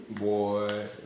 Boy